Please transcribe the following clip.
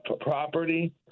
property